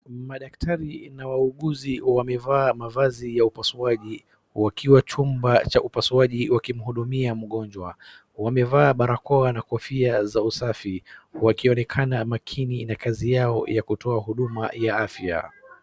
Madaktari na wauguzi wamevaa mavazi ya upasuaji wakiwa chumba cha upasuaji wakimhudumia mgonjwa. Wamevaa barakoa na kofia za usafi wakionekana makini na kazi yao ya kutoa huduma ya afya.